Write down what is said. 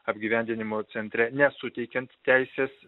apgyvendinimo centre nesuteikiant teisės